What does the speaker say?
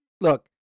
Look